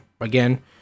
again